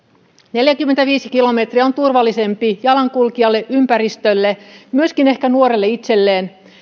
neljäkymmentäviisi kilometriä on turvallisempi jalankulkijalle ympäristölle myöskin ehkä nuorelle itselleen